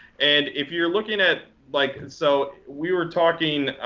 and if you're looking at like so we were talking.